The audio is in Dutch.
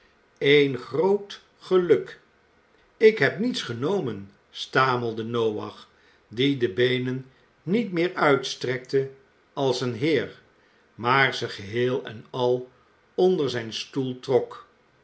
een groot geluk ik heb niets genomen stamelde noach die de beenen niet meer uitstrekte als een heer maar ze geheel en al onder zijn stoel trok